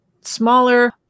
smaller